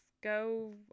Go